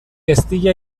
eztia